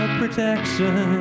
protection